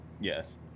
Yes